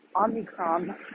Omicron